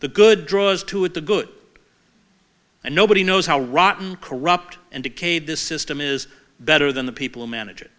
the good draws to it the good and nobody knows how rotten corrupt and decayed this system is better than the people manager